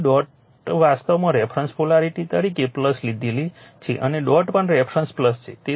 તેથી ડોટ વાસ્તવમાં reference polarity તરીકે લીધી છે અને ડોટ પણ રેફરન્સ છે